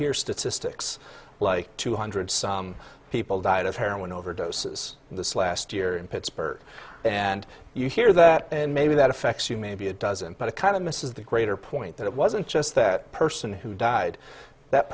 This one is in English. hear statistics like two hundred some people died of heroin overdoses in this last year in pittsburgh and you hear that and maybe that affects you maybe it doesn't but it kind of misses the greater point that it wasn't just that person who died that